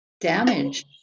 damage